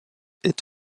est